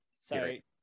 Sorry